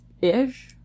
ish